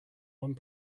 one